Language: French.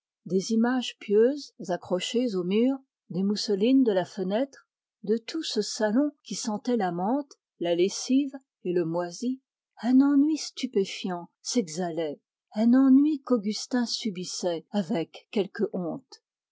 des images pieuses accrochées au mur de tout ce salon qui sentait la menthe la lessive et le moisi un ennui s'exhalait qu'augustin subissait avec quelque honte